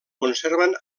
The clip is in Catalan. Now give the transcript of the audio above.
conserven